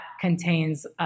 contains